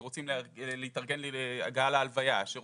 שרוצים להתארגן להגעה להלוויה.